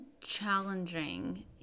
challenging